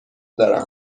دارم